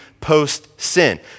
post-sin